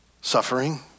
Suffering